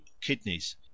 kidneys